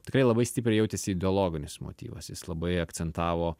tikrai labai stipriai jautėsi ideologinis motyvas jis labai akcentavo